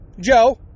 Joe